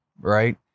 right